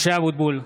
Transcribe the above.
(קורא בשמות חברי הכנסת) משה אבוטבול,